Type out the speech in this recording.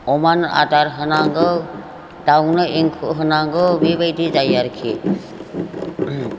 अमानो आदार होनांगौ दाउनो एंखुर होनांगौ बेबायदि जायो आरोखि